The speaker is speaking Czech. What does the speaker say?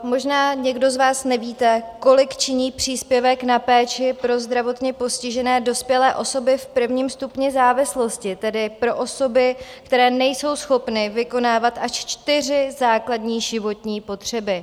Možná někdo z vás nevíte, kolik činí příspěvek na péči pro zdravotně postižené dospělé osoby v I. stupni závislosti, tedy pro osoby, které nejsou schopny vykonávat až čtyři základní životní potřeby.